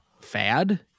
fad